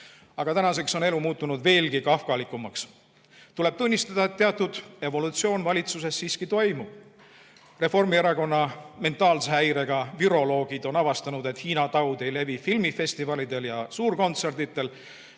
Aga tänaseks on elu muutunud veelgi kafkalikumaks. Tuleb tunnistada, et teatud evolutsioon valitsuses siiski toimub. Reformierakonna mentaalse häirega viroloogid on avastanud, et Hiina taud ei levi filmifestivalidel ja suurkontsertidel,